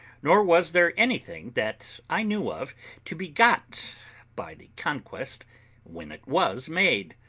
nor was there anything that i knew of to be got by the conquest when it was made,